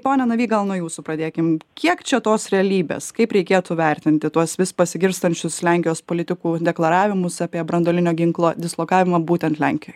pone navy gal nuo jūsų pradėkim kiek čia tos realybės kaip reikėtų vertinti tuos vis pasigirstančius lenkijos politikų deklaravimus apie branduolinio ginklo dislokavimą būtent lenkijoj